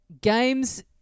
games